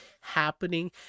happening